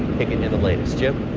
making it the latest jim.